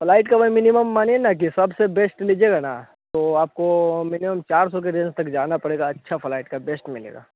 flight का भाई minimum मानिए ना कि सबसे बेस्ट लीजिएगा ना तो आपको मिनिम्म चार सौ की रेन्ज तक जाना पड़ेगा अच्छा फ्लाइट का बेस्ट मिलेगा